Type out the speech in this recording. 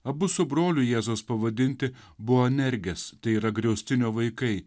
abu su broliu jėzaus pavadinti boenergės tai yra griaustinio vaikai